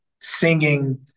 singing